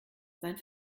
sein